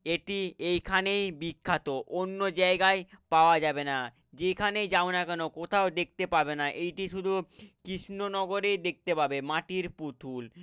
এটি এইখানেই বিখ্যাত অন্য জায়গায় পাওয়া যাবে না যেখানেই যাও না কেন কোথাও দেখতে পাবে না এইটিই শুধু কৃষ্ণনগরেই দেখতে পাবে মাটির পুতুল